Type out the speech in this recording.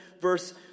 verse